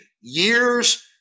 years